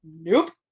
nope